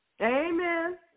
Amen